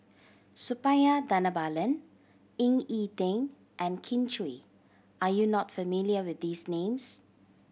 Suppiah Dhanabalan Ying E Ding and Kin Chui are you not familiar with these names